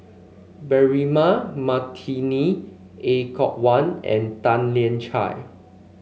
Braema Mathi Er Kwong Wah and Tan Lian Chye